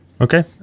okay